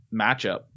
matchup